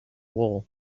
wall